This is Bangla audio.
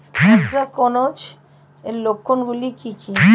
এ্যানথ্রাকনোজ এর লক্ষণ গুলো কি কি?